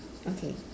okay